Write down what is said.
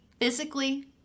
physically